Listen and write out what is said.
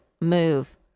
move